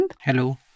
Hello